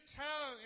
tell